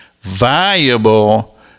valuable